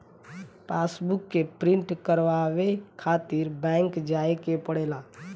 passbook के print करवावे खातिर बैंक जाए के पड़ेला